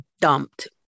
dumped